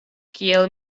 kiel